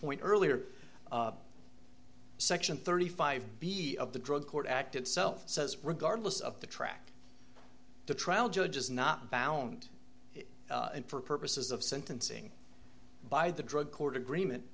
point earlier section thirty five b of the drug court act itself says regardless of the track the trial judge is not bound and for purposes of sentencing by the drug court agreement